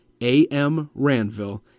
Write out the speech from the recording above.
A-M-Ranville